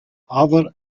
other